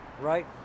Right